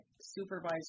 supervisor